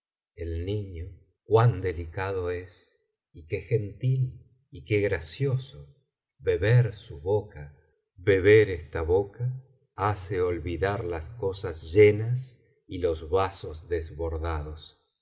el niño cuan delicado es y qué gentil y qué gracioso beber su boca beber esta boca hace olvidar las cosas llenas y los nasos desbordantes